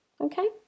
okay